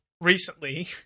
recently